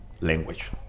language